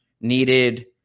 needed